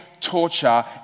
torture